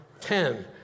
ten